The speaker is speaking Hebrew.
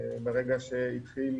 ברגע שהתחילו